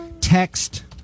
text